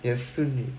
你的孙女